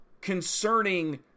concerning